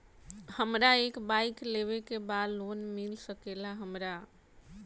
हमरा एक बाइक लेवे के बा लोन मिल सकेला हमरा?